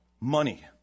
money